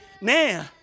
now